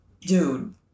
dude